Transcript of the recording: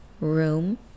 room